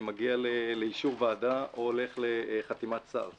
מגיע לאישור ועדה או הולך לחתימת שר.